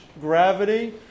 gravity